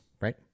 right